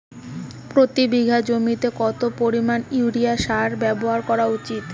প্রতি বিঘা জমিতে কত পরিমাণ ইউরিয়া সার ব্যবহার করা উচিৎ?